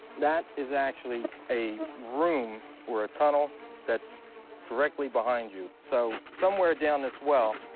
that is actually a room or a tunnel that's directly behind you. so somewhere down this well,